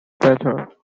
better